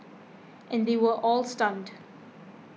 and they were all stunned